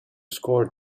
score